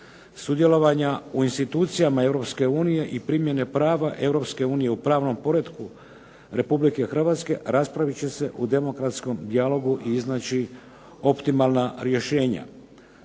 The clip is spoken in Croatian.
sudjelovanja u institucijama Europske unije i primjene prava Europske unije u pravnom poretku Republike Hrvatske raspravit će se u demokratskom dijalogu i iznaći optimalna rješenja.